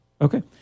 Okay